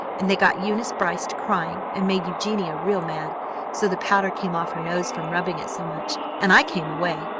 and they got eunice brice to crying and made eugenia real mad so the powder came off her nose from rubbing it so much, and i came away.